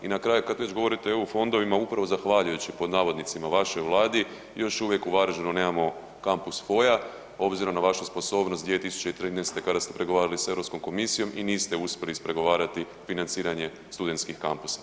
I na kraju, kad već govorite o EU fondovima, upravo zahvaljujući „vašoj“ Vladi, još uvijek u Varaždinu nemamo kampus Foja obzirom na vašu sposobnost 2013. kada ste pregovarali sa Europskom komisijom i niste uspjeli ispregovarati financiranje studentskih kampusa.